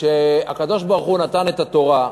כשהקדוש-ברוך-הוא נתן את התורה,